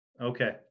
okay